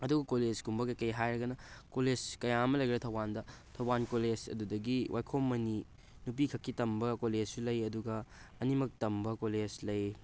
ꯑꯗꯨꯒ ꯀꯣꯂꯦꯖꯀꯨꯝꯕ ꯀꯩꯀꯩ ꯍꯥꯏꯔꯒꯅ ꯀꯣꯂꯦꯖ ꯀꯌꯥ ꯑꯃ ꯂꯩꯈ꯭ꯔꯦ ꯊꯧꯕꯥꯜꯗ ꯊꯧꯕꯥꯜ ꯀꯣꯂꯦꯖ ꯑꯗꯨꯗꯒꯤ ꯋꯥꯏꯈꯣꯝ ꯃꯅꯤ ꯅꯨꯄꯤꯈꯛꯀꯤ ꯇꯝꯕ ꯀꯣꯂꯦꯖꯁꯨ ꯂꯩ ꯑꯗꯨꯒ ꯑꯅꯤꯃꯛ ꯇꯝꯕ ꯀꯣꯂꯦꯖ ꯂꯩ